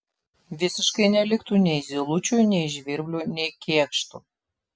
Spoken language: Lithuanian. visiškai neliktų nei zylučių nei žvirblių nei kėkštų